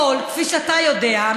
כפי שאתה יודע,